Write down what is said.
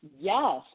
Yes